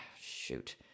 Shoot